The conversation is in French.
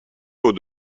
tôt